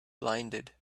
blinded